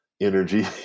energy